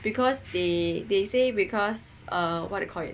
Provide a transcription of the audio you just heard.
because they they say because err what you call it